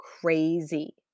crazy